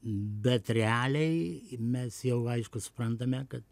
bet realiai mes jau aišku suprantame kad